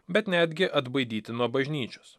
bet netgi atbaidyti nuo bažnyčios